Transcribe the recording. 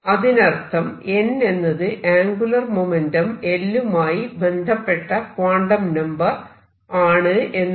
അതിനർത്ഥം n എന്നത് angular momentum L മായി ബന്ധപ്പെട്ട ക്വാണ്ടം നമ്പർ ആണ് എന്നാണ്